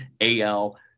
AL